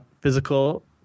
physical